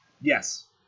Yes